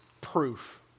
proof